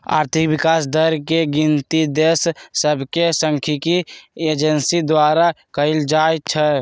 आर्थिक विकास दर के गिनति देश सभके सांख्यिकी एजेंसी द्वारा कएल जाइ छइ